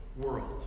world